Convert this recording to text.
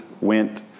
went